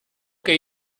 que